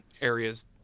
areas